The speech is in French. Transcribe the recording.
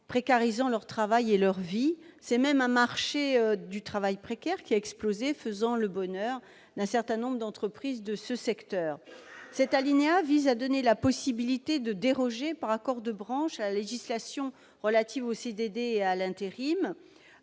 précarisant leur travail et leur vie, c'est même un marché du travail précaire qui a explosé, faisant le bonheur d'un certain nombre d'entreprises de ce secteur cet alinéa vise à donner la possibilité de déroger par accord de branche la législation relative aux CDD à l'intérim,